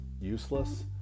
useless